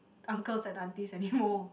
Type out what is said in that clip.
uncles and aunties anymore